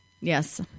Yes